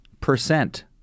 percent